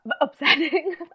upsetting